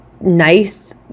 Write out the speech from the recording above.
nice